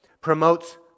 promotes